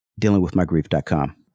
dealingwithmygrief.com